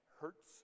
hurts